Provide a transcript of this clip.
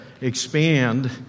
expand